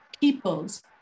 peoples